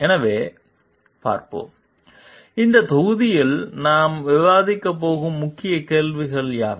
எனவே பார்ப்போம் இந்த தொகுதியில் நாம் விவாதிக்கப் போகும் முக்கிய கேள்விகள் யாவை